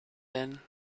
then